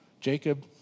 Jacob